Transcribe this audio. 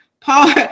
Paul